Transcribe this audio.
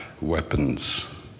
weapons